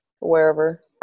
wherever